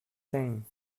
saying